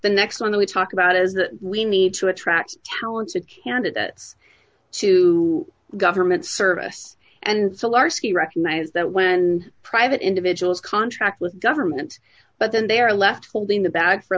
the next one we talk about is that we need to attract talented candidates to government service and sell our ski recognize that when private individuals contract with government but then they are left holding the bag for